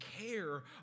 care